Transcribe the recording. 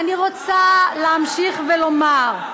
ואני רוצה להמשיך ולומר,